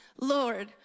Lord